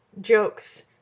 jokes